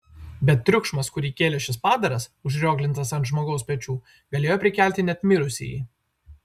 bet triukšmas kurį kėlė šis padaras užrioglintas ant žmogaus pečių galėjo prikelti net mirusįjį